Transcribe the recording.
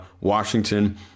Washington